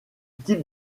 type